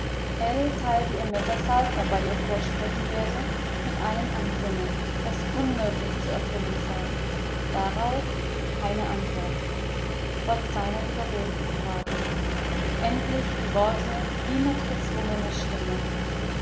teilte ihr mit daß saltner bei ihr vorsprechen werde mit einem ansinnen das unmöglich zu erfüllen sei darauf keine antwort trotz seiner wiederholten frage endlich die worte wie mit gezwungener stimme